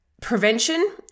prevention